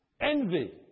Envy